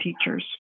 teachers